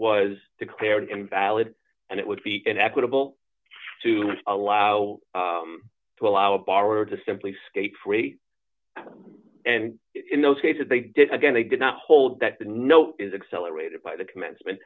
was declared invalid and it would be an equitable to allow to allow a borrower to simply skate free and in those cases they did again they did not hold that note is accelerated by the commencement